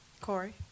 Corey